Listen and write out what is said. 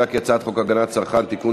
להעביר את הצעת חוק הגנת הצרכן (תיקון,